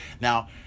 now